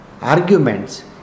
arguments